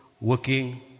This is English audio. working